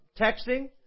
texting